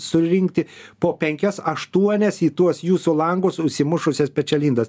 surinkti po penkias aštuonias į tuos jūsų langus užsimušusias pečialindas